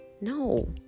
No